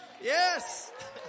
Yes